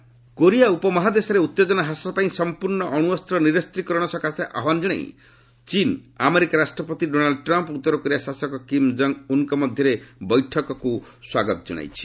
summit ଚୀନ୍ Korea ଉପମହାଦେଶରେ ଉତ୍ତେଜନା ହ୍ରାସ ପାଇଁ ସମ୍ପର୍ଣ୍ଣ ଅଣୁଅସ୍ତ୍ର ନିରସ୍ତ୍ରୀକରଣ ସକାଶେ ଆହ୍ୱାନ ଜଣାଇ ଚୀନ୍ ଆମେରିକା ରାଷ୍ଟ୍ରପତି ଡୋନାଲ୍ଚ ଟ୍ରମ୍ପ୍ ଓ ଉତ୍ତରକୋରିଆ ଶାସକ କିମ୍ ଜଙ୍କ୍ ଉନ୍ଙ୍କ ମଧ୍ୟରେ ବୈଠକୁ ସ୍ୱାଗତ ଜଣାଇଛି